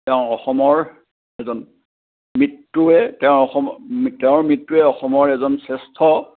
তেওঁ অসমৰ এজন মৃত্যুৱে তেওঁ অসম তেওঁৰ মৃত্যুৱে অসমৰ এজন শ্ৰেষ্ঠ